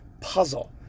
puzzle